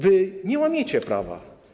Wy nie łamiecie prawa.